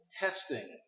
testing